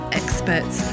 experts